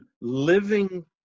living